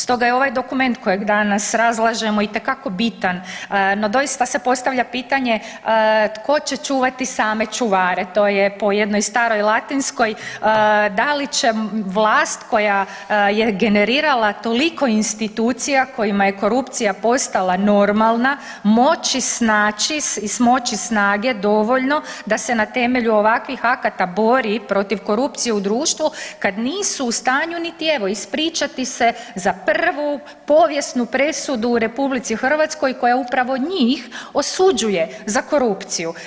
Stoga je ovaj dokument koji danas razlažemo itekako bitan, no doista se postavlja pitanje tko će čuvati same čuvare, to je po jednoj staroj latinskoj, da li će vlast koja je generirala toliko institucija kojima je korupcija postala normalna moći snaći i smoći snage dovoljno da se na temelju ovakvih akata bori protiv korupcije u društvu kad nisu u stanju niti evo ispričati se za prvu povijesnu presudu u RH koja upravo njih osuđuje za korupciju.